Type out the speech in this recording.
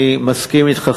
אני מסכים אתך,